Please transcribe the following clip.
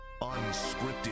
Unscripted